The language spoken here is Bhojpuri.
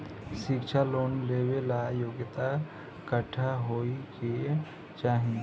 शिक्षा लोन लेवेला योग्यता कट्ठा होए के चाहीं?